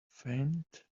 faint